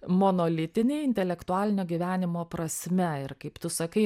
monolitiniai intelektualinio gyvenimo prasme ir kaip tu sakai